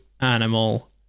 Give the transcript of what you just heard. animal